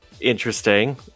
interesting